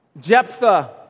Jephthah